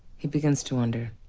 he begins to wonder.